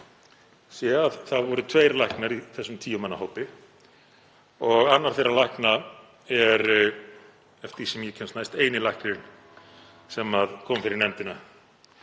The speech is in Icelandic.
sé að það voru tveir læknar í þessum tíu manna hópi og annar þeirra er, eftir því sem ég kemst næst, eini læknirinn sem kom fyrir nefndina